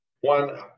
one